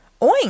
oink